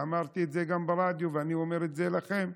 ואמרתי את זה גם ברדיו ואני אומר את זה לכם,